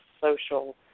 social